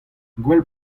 gwell